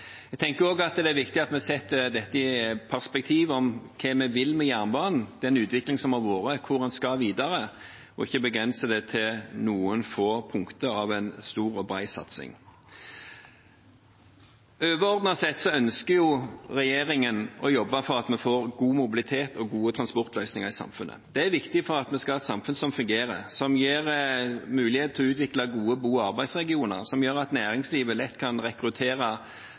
Jeg tenker også det er viktig at vi setter dette i perspektiv – hva vi vil med jernbanen, den utviklingen som har vært, hvor en skal videre – og ikke begrenser det til noen få punkter i en stor og bred satsing. Overordnet sett ønsker regjeringen å jobbe for at vi får god mobilitet og gode transportløsninger i samfunnet. Det er viktig for at vi skal ha et samfunn som fungerer, som gir mulighet til å utvikle gode bo- og arbeidsregioner, og som gjør at næringslivet lett kan rekruttere